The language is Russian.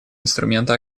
инструменты